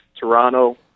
Toronto